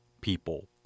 people